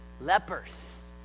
Lepers